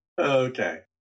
Okay